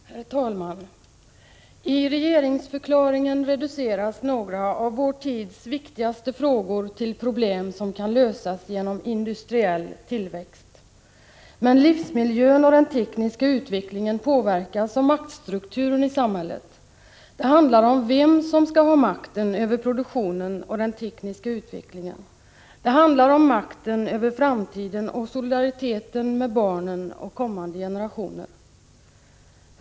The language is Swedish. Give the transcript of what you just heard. Herr talman! I regeringsförklaringen reduceras några av vår tids viktigaste frågor till problem som kan lösas genom industriell tillväxt. Men livsmiljön och den tekniska utvecklingen påverkas av maktstrukturen i samhället. Det handlar om vem som skall ha makten över produktionen och den tekniska utvecklingen — det handlar om makten över framtiden och solidariteten med barnen och kommande generationer.